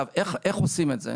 איך עושים את זה?